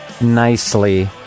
nicely